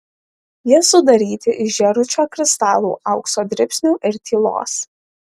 jie sudaryti iš žėručio kristalų aukso dribsnių ir tylos